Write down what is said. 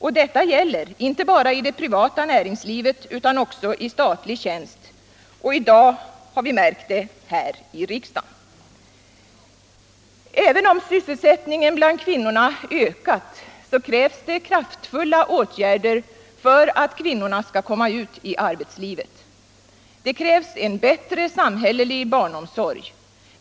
Och detta gäller inte bara i det privata näringslivet utan också i statlig tjänst. Och i dag har vi märkt det här i riksdagen. Även om sysselsättningen bland kvinnorna har ökat krävs kraftfulla åtgärder för att kvinnorna skall komma ut i arbetslivet. Det krävs en bättre samhällelig barnomsorg.